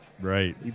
Right